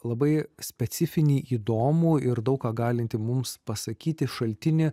labai specifinį įdomų ir daug ką galintį mums pasakyti šaltinį